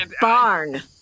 Barn